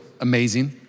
amazing